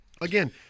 again